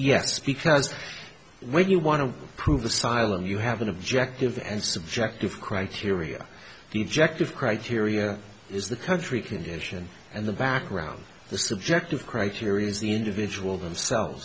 yes because when you want to prove asylum you have an objective and subjective criteria the objective criteria is the country condition and the background the subjective criteria is the individual themselves